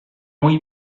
muy